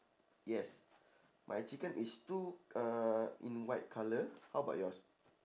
yes my chicken is two uh in white colour how about yours